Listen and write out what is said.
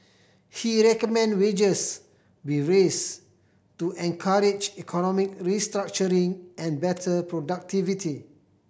he recommended wages be raised to encourage economic restructuring and better productivity